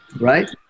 right